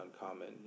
uncommon